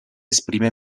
esprime